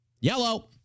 Yellow